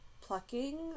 plucking